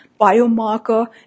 biomarker